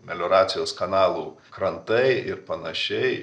melioracijos kanalų krantai ir panašiai